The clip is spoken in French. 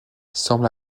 semble